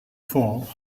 fall